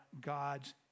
God's